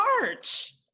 March